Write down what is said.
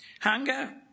Hunger